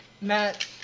Matt